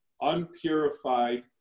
unpurified